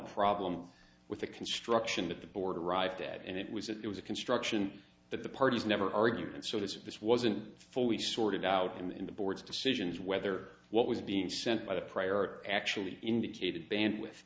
problem with the construction of the board arrived at and it was it was a construction that the parties never argued and so this of this wasn't fully sorted out in the board's decisions whether what was being sent by the prior actually indicated band with